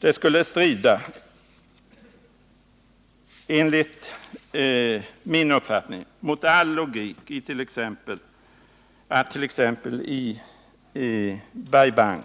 Det skulle enligt min uppfattning strida mot all logik att t.ex. i Bai Bang,